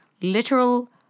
literal